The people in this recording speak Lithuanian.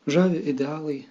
žavi idealai